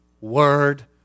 word